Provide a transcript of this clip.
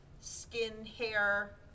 skin-hair